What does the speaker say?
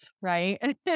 right